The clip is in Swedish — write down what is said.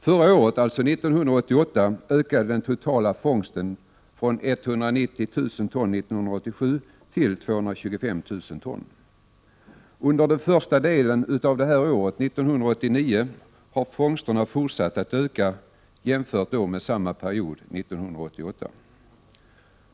Förra året ökade den totala fångsten från 190 000 ton 1987 till 225 000 ton 1988. Under den första delen av 1989 har fångsterna fortsatt att öka jämfört med samma period 1988.